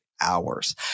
hours